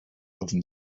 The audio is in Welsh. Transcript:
ofn